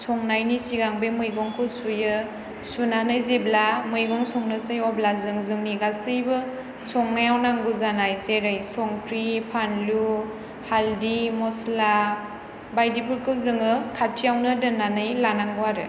संनायनि सिगां बे मैगंखौ सुयो सुनानै जेब्ला मैगं संनोसै अब्ला जों जोंनि गासैबो संनायाव नांगौ जानाय जेरै संख्रि फानलु हाल्दि मस्ला बायदिफोरखौ जोङो खाथियावनो दोननानै लानांगौ आरो